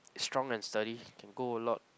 strong and study can go a lot